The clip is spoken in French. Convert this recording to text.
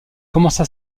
commença